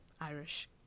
Irish